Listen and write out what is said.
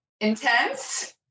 intense